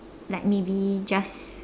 like maybe just